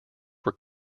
were